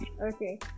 okay